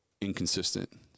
inconsistent